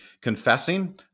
confessing